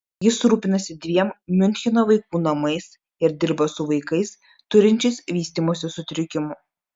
jis rūpinasi dviem miuncheno vaikų namais ir dirba su vaikais turinčiais vystymosi sutrikimų